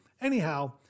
Anyhow